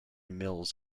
mills